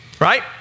right